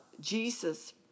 Jesus